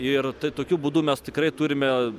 ir tokiu būdu mes tikrai turime